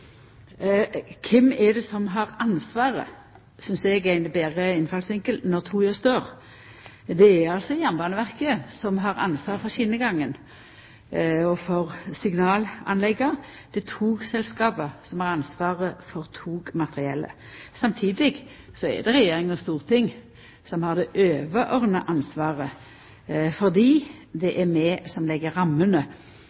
Kven er det som har ansvaret – det synest eg er ein betre innfallsvinkel – når toget står? Det er Jernbaneverket som har ansvaret for skjenegangen og for signalanlegga. Det er togselskapet som har ansvaret for togmateriellet. Samtidig er det regjering og storting som har det overordna ansvaret, fordi det